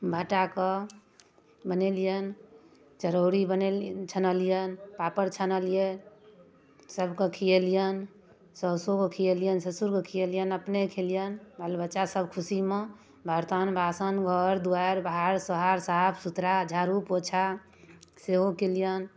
भट्टानि बनेलिअनि चरौरी बनेलिअनि छनलिअनि पापड़ छनलिअनि सबके खुएलिअनि साउसोके खुएलिअनि ससुरके खुएलिअनि अपने खेलिअनि बाल बच्चासब खुशीमे बर्तन बासन घर द्वार बहारि सोहारि साफ सुथरा झाड़ू पोछा सेहो केलिअनि